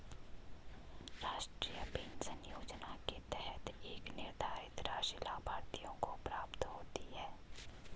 राष्ट्रीय पेंशन योजना के तहत एक निर्धारित राशि लाभार्थियों को प्राप्त होती है